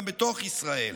גם בתוך ישראל.